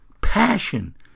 Passion